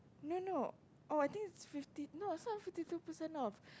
no no oh I think is fifty no it's not even fifty two percent off